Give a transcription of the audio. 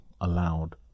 allowed